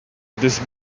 this